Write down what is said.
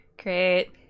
great